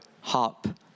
harp